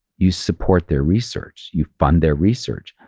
you support their research, you fund their research.